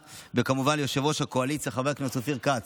וכמובן ליושב-ראש הקואליציה חבר הכנסת אופיר כץ,